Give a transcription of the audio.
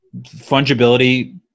fungibility